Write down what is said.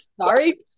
Sorry